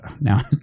now